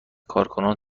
کارکنان